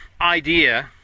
idea